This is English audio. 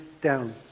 down